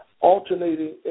alternating